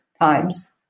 times